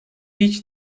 hiç